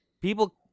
people